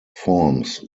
forms